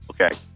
okay